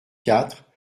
quatre